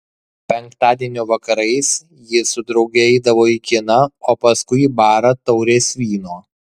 penktadienio vakarais ji su drauge eidavo į kiną o paskui į barą taurės vyno